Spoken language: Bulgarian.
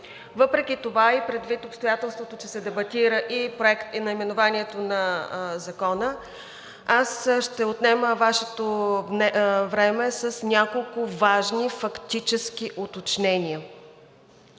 Въпреки това и предвид обстоятелството, че се дебатира и Проект, и наименованието на Закона, аз ще отнема Вашето време с няколко важни фактически уточнения.